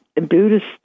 Buddhist